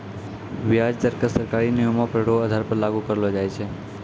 व्याज दर क सरकारी नियमो र आधार पर लागू करलो जाय छै